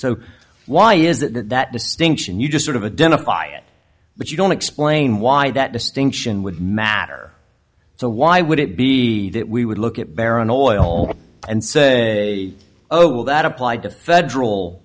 so why is that that distinction you just sort of a den apply it but you don't explain why that distinction would matter so why would it be that we would look at bear on oil and say oh well that applied to federal